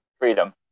freedom